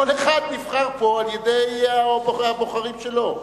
כל אחד נבחר פה על-ידי הבוחרים שלו.